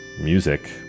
music